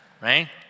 right